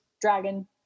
dragon